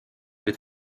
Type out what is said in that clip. with